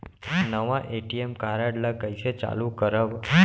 नवा ATM card ल कइसे चालू करव?